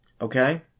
okay